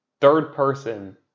third-person